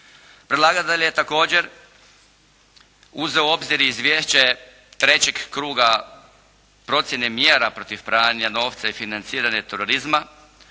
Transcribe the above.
Predlagatelj dalje je također uzeo u obzir i izvješće trećeg kruga procjene mjera protiv pranja novca i financiranje terorizma